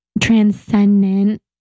transcendent